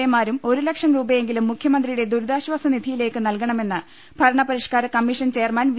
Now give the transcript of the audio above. A മാരും ഒരു ലക്ഷം രൂപയെങ്കിലും മുഖ്യമന്ത്രിയുടെ ദുരി താശ്വാസ് നിധിയിലേക്ക് നൽകണമെന്ന് ഭരണ പരി ഷ്കാര കമ്മീഷൻ ചെയർമാൻ വി